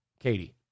Katie